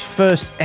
first